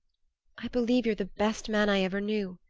i believe you're the best man i ever knew,